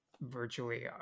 virtually